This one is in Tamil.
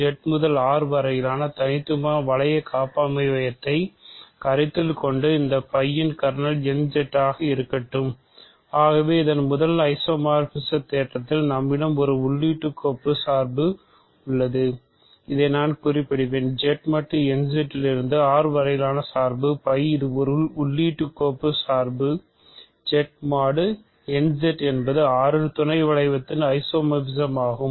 Z mod n Z என்பது R இன் துணை வளையத்திற்கு ஐசோமார்பிக் ஆகும்